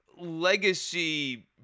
legacy